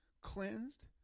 cleansed